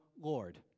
Lord